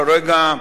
כרגע,